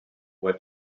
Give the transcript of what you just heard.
what